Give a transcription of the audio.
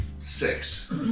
six